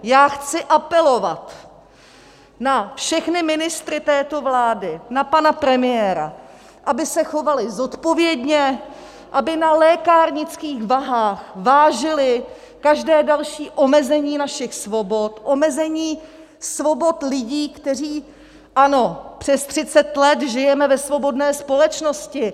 Já chci apelovat na všechny ministry této vlády, na pana premiéra, aby se chovali zodpovědně, aby na lékárnických váhách vážili každé další omezení našich svobod, omezení svobod lidí, kteří ano, přes třicet let žijeme ve svobodné společnosti.